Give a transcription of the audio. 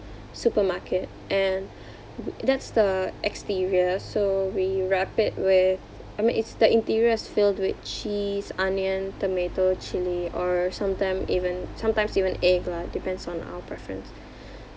supermarket and that's the exterior so we wrap it with I mean it's the interior is filled with cheese onion tomato chilli or sometime even sometimes even egg lah depends on our preference